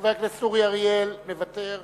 חבר הכנסת אורי אריאל, מוותר.